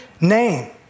name